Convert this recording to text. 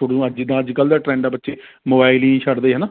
ਛੋੜੂਗਾ ਜਿੱਦਾਂ ਅੱਜ ਕੱਲ੍ਹ ਦਾ ਟ੍ਰੈਂਡ ਹੈ ਬੱਚੇ ਮੋਬਾਈਲ ਹੀ ਨਹੀਂ ਛੱਡਦੇ ਹੈ ਨਾ